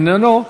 איננו,